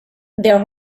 their